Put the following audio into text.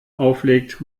auflegt